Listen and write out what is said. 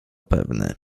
pewny